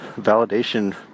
validation